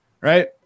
right